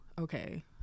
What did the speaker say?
okay